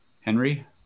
Henry